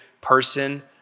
person